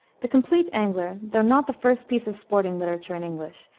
the compleat angler, though not the first piece of sporting literature in english,